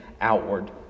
outward